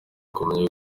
kumenya